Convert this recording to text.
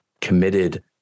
committed